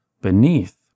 beneath